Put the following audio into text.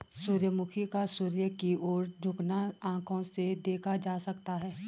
सूर्यमुखी का सूर्य की ओर झुकना आंखों से देखा जा सकता है